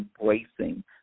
embracing